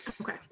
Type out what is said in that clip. Okay